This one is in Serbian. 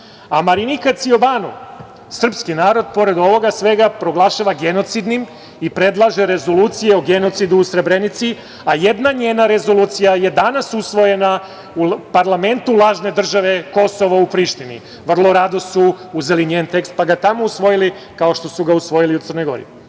A Marinika Cijobanu srpski narod, pored ovoga svega, proglašava genocidnim i predlaže rezolucije o genocidu o Srebrenici, a jedna njena rezolucija je danas usvojena u parlamentu lažne države Kosovo u Prištini. Vrlo rado su uzeli njen tekst pa ga tamo usvojili, kao što su ga usvojili u Crnoj